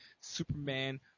Superman